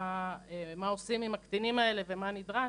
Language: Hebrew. מה עושים עם הקטינים האלה ומה נדרש,